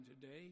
today